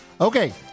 Okay